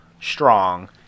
strong